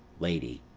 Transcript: lady.